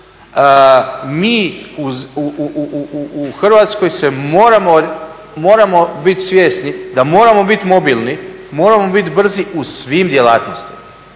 Mi u Hrvatskoj moramo biti svjesni da moramo biti mobilni, moramo biti brzi u svim djelatnostima.